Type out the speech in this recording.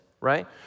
right